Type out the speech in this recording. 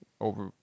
over